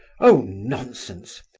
oh, nonsense!